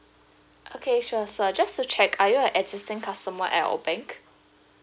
okay sure so just to check are you existent customer at our bank